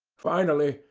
finally,